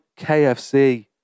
KFC